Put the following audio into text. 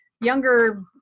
younger